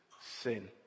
sin